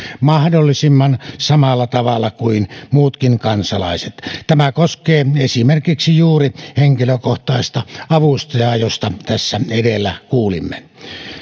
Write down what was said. mahdollisimman samalla tavalla kuin muutkin kansalaiset tämä koskee esimerkiksi juuri henkilökohtaista avustajaa josta tässä edellä kuulimme